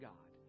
God